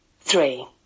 Three